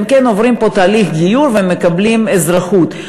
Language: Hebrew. הם כן עוברים פה תהליך גיור ומקבלים אזרחות.